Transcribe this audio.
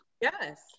Yes